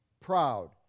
proud